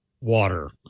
Water